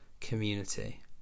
community